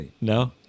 No